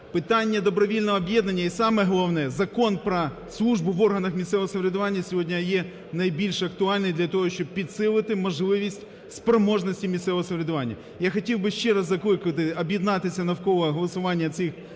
питання добровільного об'єднання і, саме головне, Закон про службу в органах місцевого самоврядування сьогодні є найбільш актуальний, для того щоб підсилити можливість спроможності місцевого самоврядування. Я хотів би ще раз закликати об'єднатися навколо голосування цих